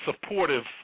Supportive